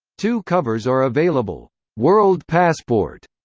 two covers are available world passport,